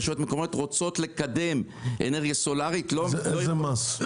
רשויות מקומיות רוצות לקדם אנרגיה סולארית --- איזה מס?